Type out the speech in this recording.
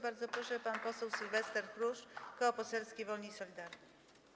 Bardzo proszę, pan poseł Sylwester Chruszcz, Koło Poselskie Wolni i Solidarni.